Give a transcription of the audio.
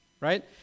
right